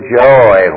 joy